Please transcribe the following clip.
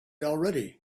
already